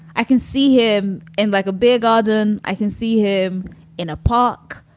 i can see him in like a beer garden. i can see him in a park.